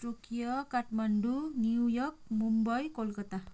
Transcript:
Tokyo Kathmandu New York Mumbai Kolkata